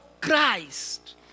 Christ